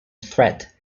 threat